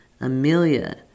Amelia